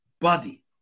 body